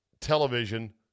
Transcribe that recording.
television